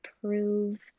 prove